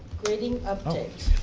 grading update.